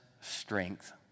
strength